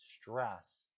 stress